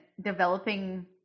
developing